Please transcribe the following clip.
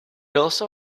also